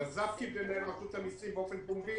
נזפתי במנהל רשות המסים באופן פומבי,